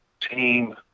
team